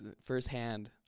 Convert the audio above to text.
firsthand